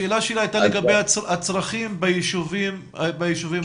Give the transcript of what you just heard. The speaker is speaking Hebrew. השאלה שלי הייתה לגבי הצרכים בישובים הערביים.